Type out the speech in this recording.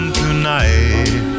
tonight